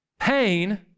pain